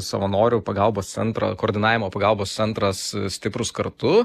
savanorių pagalbos centro koordinavimo pagalbos centras stiprūs kartu